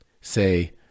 say